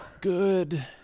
good